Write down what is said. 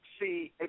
see